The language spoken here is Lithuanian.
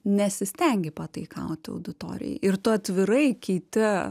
nesistengi pataikauti auditorijai ir tu atvirai keiti